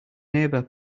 neighbor